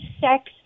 sex